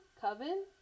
Coven